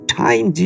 time